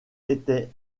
était